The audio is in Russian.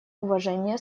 уважения